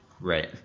right